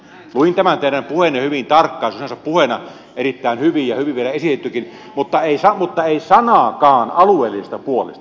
luin tämän teidän puheenne hyvin tarkkaan se on sinänsä puheena erittäin hyvä ja hyvin vielä esitettykin mutta ei sanaakaan alueellisesta puolesta